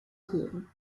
hören